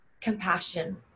compassion